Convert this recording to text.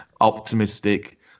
optimistic